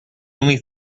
only